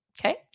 Okay